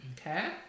Okay